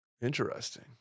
Interesting